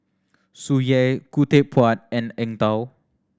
Tsung Yeh Khoo Teck Puat and Eng Tow